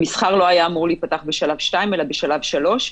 המסחר לא היה אמור להיפתח בשלב 2 אלא בשלב 3,